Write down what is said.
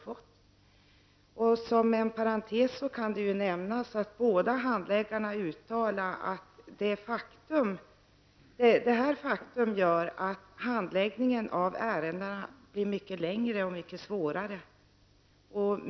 Låt mig inom parentes nämna att båda handläggarna i fråga uttalar att detta gör att handläggningen av ärendena blir mycket längre och svårare.